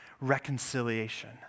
reconciliation